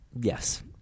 yes